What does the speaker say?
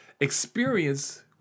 experience